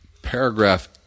Paragraph